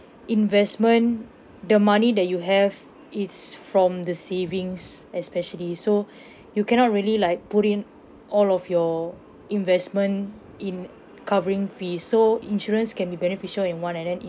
investment the money that you have it's from the savings especially so you cannot really like put in all of your investment in covering fees so insurance can be beneficial in one and then